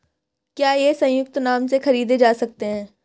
क्या ये संयुक्त नाम से खरीदे जा सकते हैं?